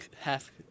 half